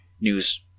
news